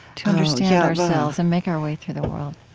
to understand ourselves and make our way through the world?